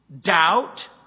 doubt